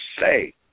say